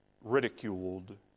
ridiculed